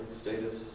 status